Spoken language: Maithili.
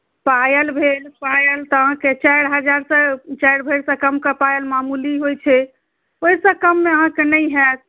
पायल भेल पायल तऽ अहाँकेँ चारि हजारसँ चारि भरिसँ कमके पायल मामूली होइत छै ओहिसँ कममे अहाँकेँ नहि हैत